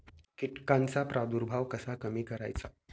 कीटकांचा प्रादुर्भाव कसा कमी करायचा?